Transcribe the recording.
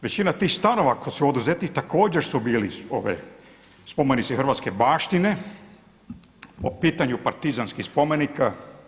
Visina tih stanova koji su oduzeti također su bili spomenici hrvatske baštine po pitanju partizanskih spomenika.